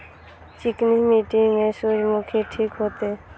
चिकनी मिट्टी में सूर्यमुखी ठीक होते?